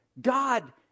God